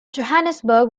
johannesburg